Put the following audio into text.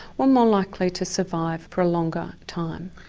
were more likely to survive for a longer time.